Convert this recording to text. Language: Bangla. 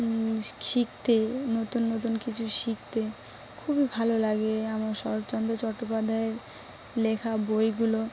শিখতে নতুন নতুন কিছু শিখতে খুবই ভালো লাগে আমার শরৎচন্দ্র চট্টোপাধ্যায়ের লেখা বইগুলো